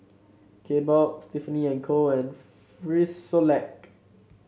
Kbox Tiffany And Co and Frisolac